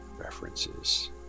references